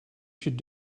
should